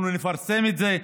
אנחנו נפרסם את זה,